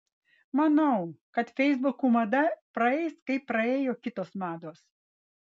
manau kad feisbukų mada praeis kaip praėjo kitos mados